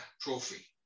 trophy